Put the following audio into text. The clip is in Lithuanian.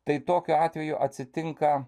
tai tokiu atveju atsitinka